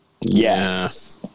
Yes